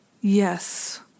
Yes